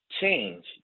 change